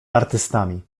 artystami